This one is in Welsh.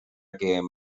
gêm